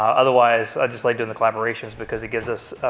otherwise, i just like doing the collaborations because it gives us,